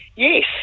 Yes